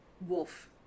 wolf